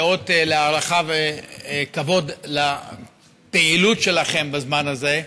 כאות להערכה וכבוד על הפעילות שלכם בזמן הזה.